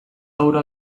hura